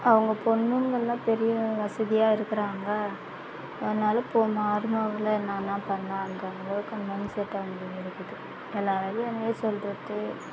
அவங்க பொண்ணுங்கள் எல்லாம் பெரிய வசதியாக இருக்குறாங்க அதனால் இப்போ மருமகளை என்ன என்ன பண்ணுறாங்க அவங்களுக்கும் மைண்ட் செட் அவங்களுக்கு இருக்குது எல்லா வேலையும் என்னயே சொல்லுறது